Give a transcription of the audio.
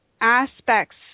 aspects